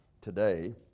today